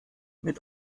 mit